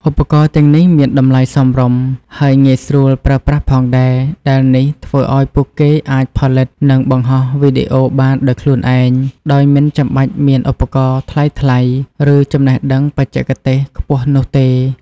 ឧបករណ៍ទាំងនេះមានតម្លៃសមរម្យ ហើយងាយស្រួលប្រើប្រាស់ផងដែរ ដែលនេះធ្វើឲ្យពួកគេអាចផលិត និងបង្ហោះវីដេអូបានដោយខ្លួនឯង ដោយមិនចាំបាច់មានឧបករណ៍ថ្លៃៗ ឬចំណេះដឹងបច្ចេកទេសខ្ពស់នោះទេ។